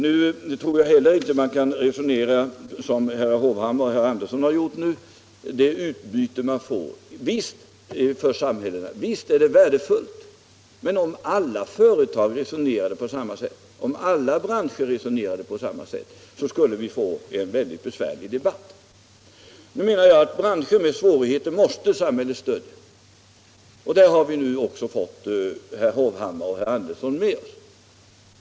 Nu tror jag inte heller att man kan resonera som herr Hovhammar och herr Andersson i Nybro har gjort om vilket utbyte det blir för samhället. Visst är utbytet värdefullt, men om alla företag och alla branscher skulle resonera på samma sätt skulle debatten bli besvärlig. Jag menar att samhället måste stödja branscher med svårigheter, och på den punkten har vi fått herrar Hovhammar och Andersson med oss.